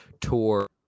tour